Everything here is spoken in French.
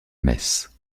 messe